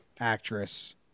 actress